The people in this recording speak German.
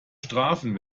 strafen